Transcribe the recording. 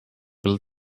will